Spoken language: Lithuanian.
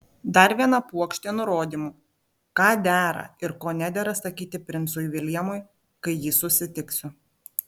dar viena puokštė nurodymų ką dera ir ko nedera sakyti princui viljamui kai jį susitiksiu